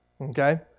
Okay